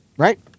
Right